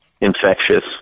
Infectious